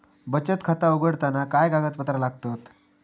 बचत खाता उघडताना काय कागदपत्रा लागतत?